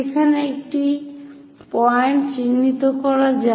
সেখানে একটি পয়েন্ট চিহ্নিত করা যাক